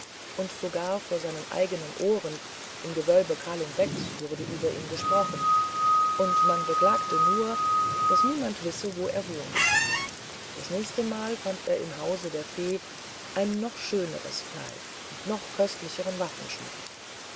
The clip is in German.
und sogar vor seinen eigenen ohren im gewölbe kalum becks wurde über ihn gesprochen und man beklagte nur daß niemand wisse wo er wohne das nächste mal fand er im hause der fee ein noch schöneres kleid und noch köstlicheren waffenschmuck